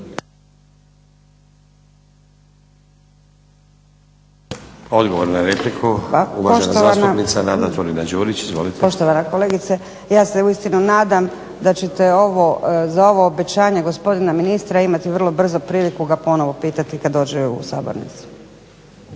Odgovor na repliku, uvažena zastupnica Nada Turina-Đurić. **Turina-Đurić, Nada (HNS)** Poštovana kolegice, ja se uistinu nadam da ćete za ovo obećanje gospodina ministra imati vrlo brzo priliku ga ponovo pitati kad dođe u sabornicu.